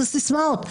אלה סיסמאות.